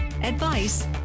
advice